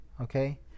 okay